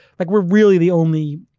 like we're really the only,